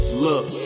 Look